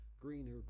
greener